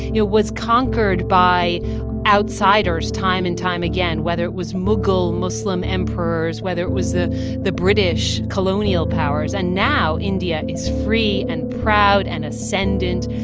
you know, was conquered by outsiders time and time again, whether it was mughal muslim emperors, whether it was the the british colonial powers. and now, india is free and proud and ascendant.